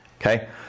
okay